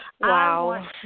Wow